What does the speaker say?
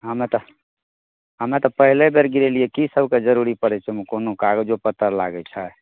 हमे तऽ हमे तऽ पहिले बेर गिरेलियै की सभकऽ जरूरी पड़ै छै ओहिमे कोनो कागजो पत्तर लागै छै